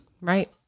Right